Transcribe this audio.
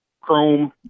chrome